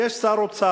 יש שר אוצר,